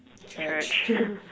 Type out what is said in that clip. church